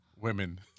women